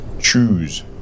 Choose